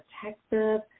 protective